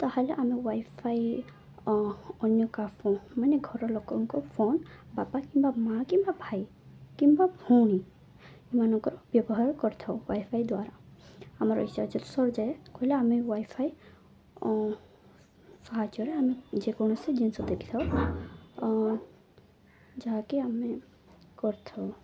ତା'ହେଲେ ଆମେ wifi ଅନ୍ୟ କାଫ ମାନେ ଘର ଲୋକଙ୍କ ଫୋନ ବାପା କିମ୍ବା ମା' କିମ୍ବା ଭାଇ କିମ୍ବା ଭଉଣୀ ଏମାନଙ୍କର ବ୍ୟବହାର କରିଥାଉ ୱାଇ ଫାଇ ଦ୍ୱାରା ଆମର ଚାର୍ଜର୍ ସରିଯାଏ କହଲେ ଆମେ ୱାଇ ଫାଇ ସାହାଯ୍ୟରେ ଆମେ ଯେକୌଣସି ଜିନିଷ ଦେଖିଥାଉ ଯାହାକି ଆମେ କରିଥାଉ